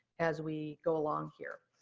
as we go along here.